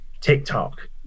TikTok